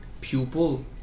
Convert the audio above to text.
Pupil